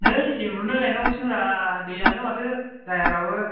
नै एब्रनो गायनांगौसोब्रा दैआनो माथो जाया दाबो